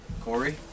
Corey